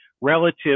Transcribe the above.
relative